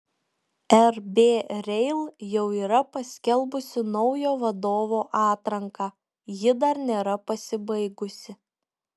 rb rail jau yra paskelbusi naujo vadovo atranką ji dar nėra pasibaigusi